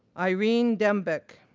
irene dembek,